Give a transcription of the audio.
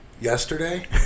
Yesterday